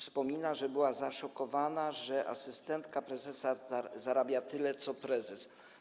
wspomina, że była zaszokowana, że asystentka prezesa zarabia tyle co prezes.